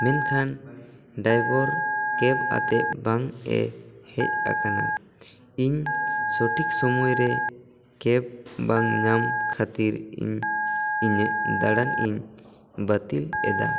ᱢᱮᱱᱠᱷᱟᱱ ᱰᱟᱭᱵᱚᱨ ᱠᱮᱯᱷ ᱟᱛᱮ ᱵᱟᱝᱮ ᱦᱮᱡ ᱟᱠᱟᱱᱟ ᱤᱧ ᱥᱚᱴᱷᱤᱠ ᱥᱳᱢᱚᱭᱨᱮ ᱠᱮᱯᱷ ᱵᱟᱝ ᱧᱟᱢ ᱠᱷᱟᱹᱛᱤᱨ ᱤᱧ ᱤᱧᱟᱹᱜ ᱫᱟᱬᱟᱱ ᱤᱧ ᱵᱟᱹᱛᱤᱞ ᱮᱫᱟ